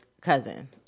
cousin